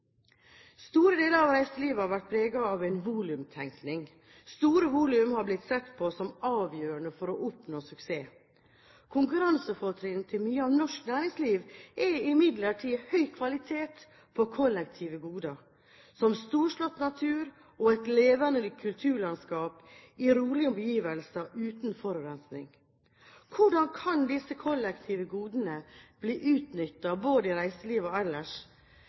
Store deler av reiselivet har vært preget av en volumtenkning. Store volum har blitt sett på som avgjørende for å oppnå suksess. Konkurransefortrinnet til mye av norsk næringsliv er imidlertid høy kvalitet på kollektive goder, som storslått natur og et levende kulturlandskap i rolige omgivelser uten forurensing. Hvordan disse kollektive godene blir utnyttet, både i reiselivet og ellers,